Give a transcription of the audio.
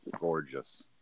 gorgeous